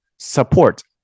support